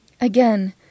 Again